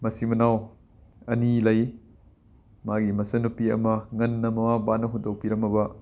ꯃꯆꯤꯟ ꯃꯅꯥꯎ ꯑꯅꯤ ꯂꯩ ꯃꯥꯒꯤ ꯃꯆꯟꯅꯨꯄꯤ ꯑꯃ ꯉꯟꯅ ꯃꯃꯥ ꯃꯄꯥꯅ ꯍꯨꯟꯗꯣꯛꯄꯤꯔꯝꯃꯕ